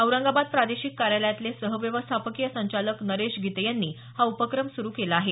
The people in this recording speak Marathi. औरंगाबाद प्रादेशिक कार्यालयातले सहव्यवस्थापकीय संचालक नरेश गीते यांनी हा उपक्रम सुरु केला आहे